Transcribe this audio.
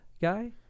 guy